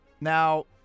Now